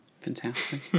Fantastic